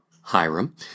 Hiram